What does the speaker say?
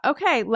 Okay